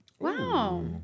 Wow